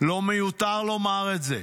ולא מיותר לומר את זה.